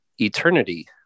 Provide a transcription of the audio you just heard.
eternity